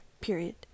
period